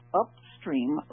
upstream